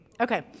okay